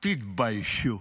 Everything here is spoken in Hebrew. תתביישו.